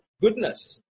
goodness